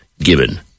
Given